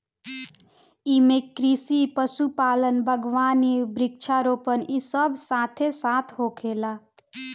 एइमे कृषि, पशुपालन, बगावानी, वृक्षा रोपण इ सब साथे साथ होखेला